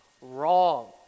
Wrong